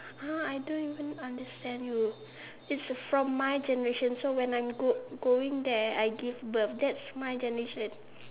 !huh! I don't even understand you it's the from my generation so when I'm go going there I give birth that's my generation